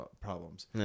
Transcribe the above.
problems